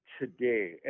today